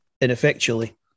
ineffectually